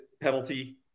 penalty